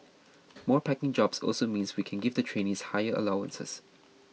more packing jobs also means we can give the trainees higher allowances